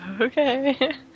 Okay